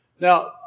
Now